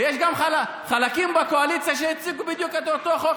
ויש גם חלקים בקואליציה שהציגו בדיוק את אותו חוק,